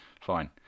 Fine